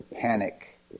panic